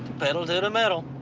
petal to the metal.